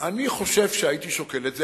אני חושב שהייתי שוקל את זה.